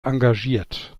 engagiert